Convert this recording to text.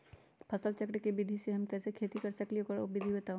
फसल चक्र के विधि से हम कैसे खेती कर सकलि ह हमरा ओकर विधि बताउ?